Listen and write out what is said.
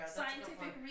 scientific